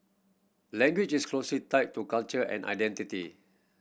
language is closely tied to culture and identity